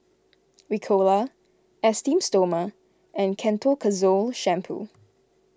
Ricola Esteem Stoma and Ketoconazole Shampoo